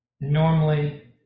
Normally